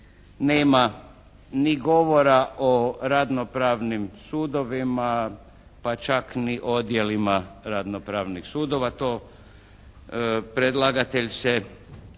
nema ni govora o radno-pravnim sudovima pa čak ni odjelima radno-pravnih sudova. To predlagatelj se